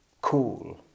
cool